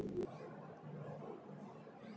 कौन सी योजना मुझे जानवर ख़रीदने में मदद करेगी?